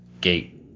Gate